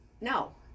No